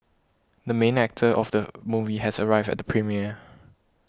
the main actor of the movie has arrived at the premiere